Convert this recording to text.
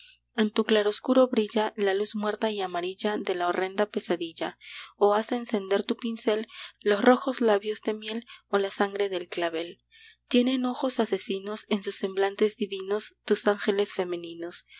en tu claroscuro brilla la luz muerta y amarilla de la horrenda pesadilla o hace encender tu pincel los rojos labios de miel o la sangre del clavel tienen ojos asesinos en sus semblantes divinos tus ángeles femeninos tu